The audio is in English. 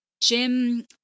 jim